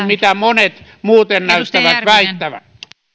mitä monet muuten näyttävät väittävän